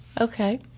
Okay